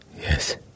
Yes